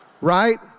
right